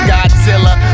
Godzilla